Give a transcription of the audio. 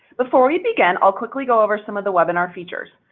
before we begin i'll quickly go over some of the webinar features.